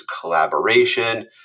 collaboration